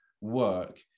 work